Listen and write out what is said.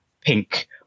pink